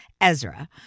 Ezra